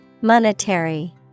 Monetary